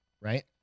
right